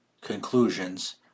conclusions